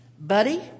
Buddy